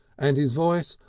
and his voice,